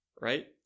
right